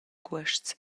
cuosts